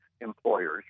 employers